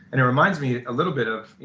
and it reminds me a little bit of,